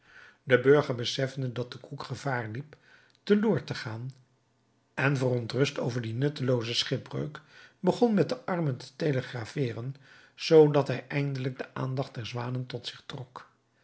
de burger beseffende dat de koek gevaar liep teloor te gaan en verontrust over die nuttelooze schipbreuk begon met de armen te telegrapheeren zoodat hij eindelijk de aandacht der zwanen tot zich trok